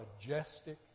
majestic